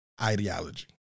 ideology